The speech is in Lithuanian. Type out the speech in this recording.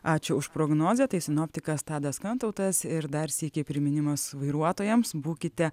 ačiū už prognozę tai sinoptikas tadas kantautas ir dar sykį priminimas vairuotojams būkite